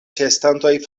ĉeestantoj